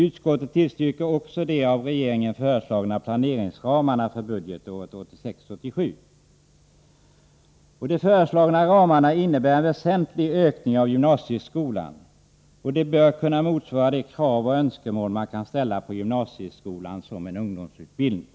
Utskottet tillstyrker också de av regeringen föreslagna planeringsramarna för budgetåret 1986/87. De föreslagna ramarna innebär en väsentlig ökning för gymnasieskolan, och de bör kunna motsvara de krav och önskemål man kan ställa på gymnasieskolan som en ungdomsutbildning.